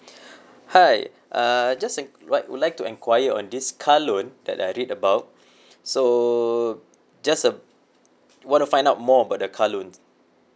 hi uh just en~ what would like to enquire on this car loan that I read about so just um want to find out more about the car loan